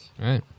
right